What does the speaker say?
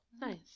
Nice